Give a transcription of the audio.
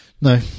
No